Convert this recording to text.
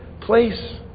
place